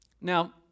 Now